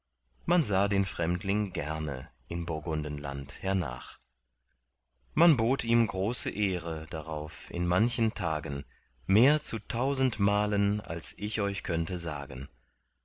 man sah den fremdling gerne in burgundenland hernach man bot ihm große ehre darauf in manchen tagen mehr zu tausend malen als ich euch könnte sagen